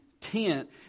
tent